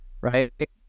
Right